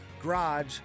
garage